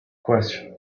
question